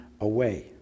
away